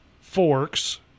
forks